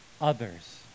others